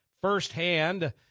firsthand